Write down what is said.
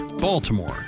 Baltimore